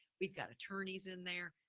we've got attorneys in there,